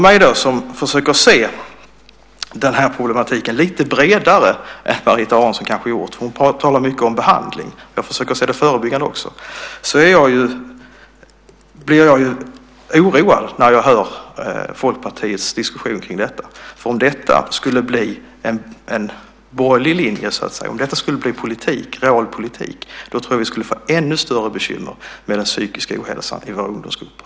Jag, som försöker se denna problematik lite bredare än vad kanske Marita Aronson har gjort - hon talar mycket om behandling; jag försöker att också se det förebyggande - blir oroad när jag hör Folkpartiets diskussion kring detta. Om detta skulle bli en borgerlig linje och realpolitik tror jag att vi skulle få ännu större bekymmer med den psykiska ohälsan i våra ungdomsgrupper.